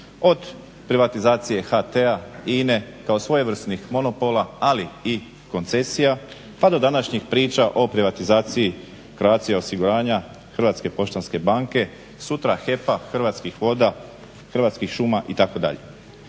od privatizacije HT-a, INA-e, kao svojevrsnih monopola ali i koncesija pa do današnjih priča o privatizaciji Croatia osiguranja, Hrvatske poštanske banke, sutra HEP-a, Hrvatskih voda, Hrvatskih šuma itd.